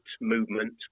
movement